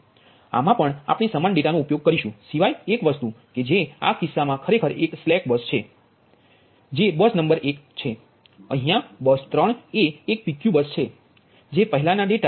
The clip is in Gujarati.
આ મા પણ આપણે સમાન ડેટા નો ઉપયોગ કરીશુ સિવાય એક વસ્તુ કે જે આ કિસ્સામાં ખરેખર એક સ્લેક બસ છે જે બસ નંબર 1 છેઅહિયા બસ 3 એ એક PQ બસ છે જે પહેલાના લોડ ડેટા 138